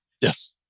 Yes